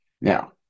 Now